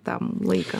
tam laiko